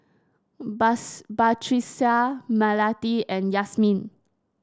Bus Batrisya Melati and Yasmin